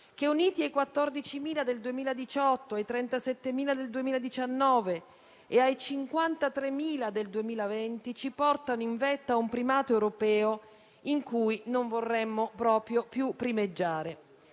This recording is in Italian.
che, uniti ai 14.000 del 2018, ai 37.000 del 2019 e ai 53.000 del 2020, ci portano in vetta, un primato europeo in cui non vorremmo proprio più primeggiare.